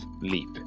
leap